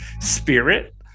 Spirit